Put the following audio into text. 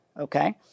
okay